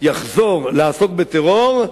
יחזור לעסוק בטרור,